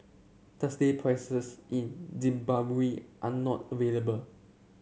Tuesday prices in Zimbabwe are not available